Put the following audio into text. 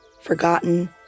forgotten